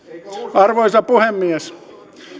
arvoisa puhemies